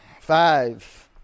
Five